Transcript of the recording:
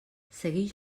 seguix